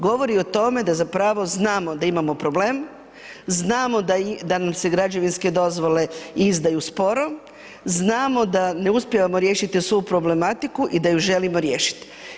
Govori o tome da zapravo znamo da imamo problem, znamo da nam se građevinske dozvole izdaju sporo, znamo da ne uspijevamo riješiti svu problematiku i da ju želimo riješit.